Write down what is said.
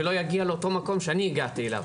ולא יגיע לאותו מקום שאני הגעתי אליו.